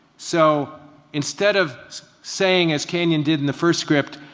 so instead of saying as canyon did in the first script,